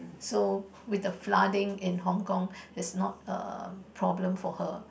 so with the flooding in Hong-Kong is not um problem for her